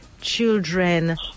children